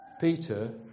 Peter